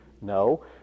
No